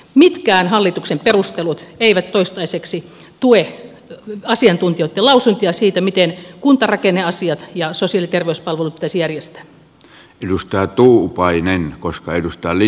mitkään hallituksen perustelut eivät toistaiseksi tue asiantuntijoitten lausuntoja siitä miten kuntarakenneasiat ja sosiaali ja terveyspalvelut pitäisi järjestää